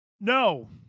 No